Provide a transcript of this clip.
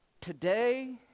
today